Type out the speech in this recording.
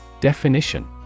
Definition